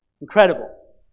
Incredible